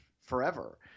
forever